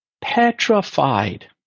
petrified